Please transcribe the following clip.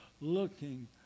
looking